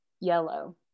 yellow